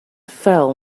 fell